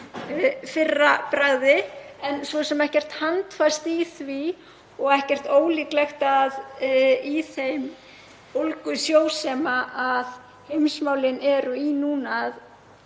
fyrra bragði. Það er svo sem ekkert handfast í því og ekkert ólíklegt að í þeim ólgusjó sem heimsmálin eru núna